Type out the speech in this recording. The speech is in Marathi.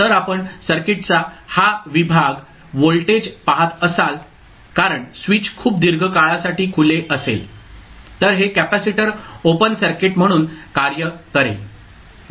तर आपण सर्किटचा हा विभाग व्होल्टेज पाहत असाल कारण स्विच खुप दीर्घ काळासाठी खुले असेल तर हे कॅपेसिटर ओपन सर्किट म्हणून कार्य करेल